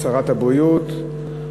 שרת הבריאות,